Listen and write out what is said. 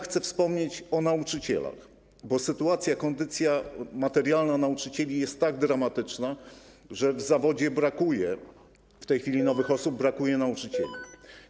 Chcę wspomnieć o nauczycielach, bo sytuacja, kondycja materialna nauczycieli jest tak dramatyczna, że w zawodzie brakuje w tej chwili nowych osób, brakuje nauczycieli.